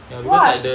!whoa!